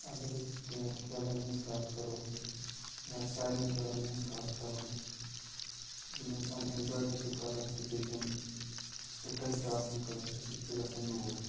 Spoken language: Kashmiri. اگر أسۍ کیٚنہہ کھیلَن ہِنٛز کَتھ کَرو یا سارنی کھیلَن ہِنٛز کَتھ کَرَو یِم اِنسان ایٚنجاے تہِ چھِ کرَن تہٕ بیٚیہِ یِم سِٹرٛٮ۪س چھِ آسان کٲنٛسہِ سُہ تہِ چھُ گژھان دوٗر